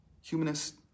humanist